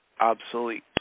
obsolete